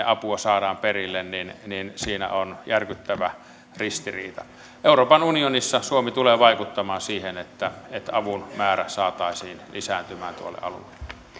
apua sinne saadaan perille on järkyttävä ristiriita euroopan unionissa suomi tulee vaikuttamaan siihen että avun määrä saataisiin lisääntymään tuolle alueelle